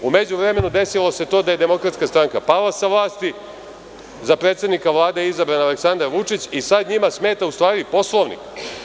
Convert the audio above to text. U međuvremenu desilo se to da je DS pala sa vlasti, za predsednika Vlade je izabran Aleksandar Vučić i sada njima smeta u stvari Poslovnik.